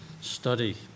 study